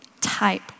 type